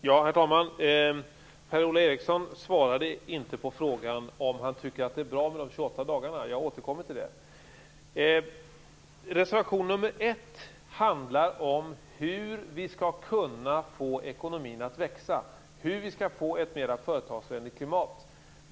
Herr talman! Per-Ola Eriksson svarade inte på frågan om han tycker att det är bra med de 28 dagarna. Jag återkommer till den frågan. Reservation nr 1 handlar om hur vi skall kunna få ekonomin att växa, hur vi skall få ett mer företagsvänligt klimat.